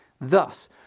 Thus